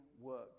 work